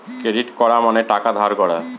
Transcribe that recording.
credit করা মানে টাকা ধার করা